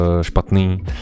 špatný